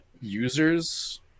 users